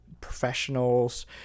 professionals